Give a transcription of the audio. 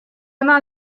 она